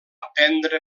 prendre